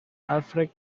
alfred